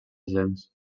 gens